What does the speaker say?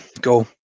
go